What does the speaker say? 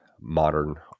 modern